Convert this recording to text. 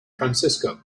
francisco